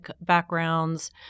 backgrounds